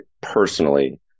personally